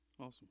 Awesome